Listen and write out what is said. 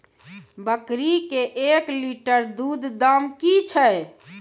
बकरी के एक लिटर दूध दाम कि छ?